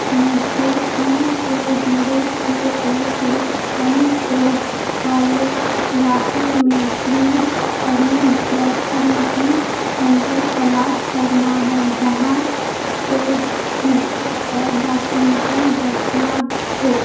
مجھے تین چھ زیرو چھ ایک ایک پن کوڈ والے علاقے میں قریب ترین ویکسینیشن سینٹر تلاش کرنا ہے جہاں پیڈ پیڈ ویکسینیشں دستیاب ہو